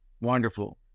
wonderful